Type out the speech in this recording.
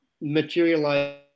materialize